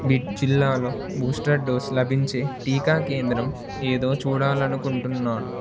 bid జిల్లాలో booster dose లభించే టీకా కేంద్రం ఏదో చూడాలి అనుకుంటున్నాను